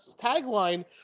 tagline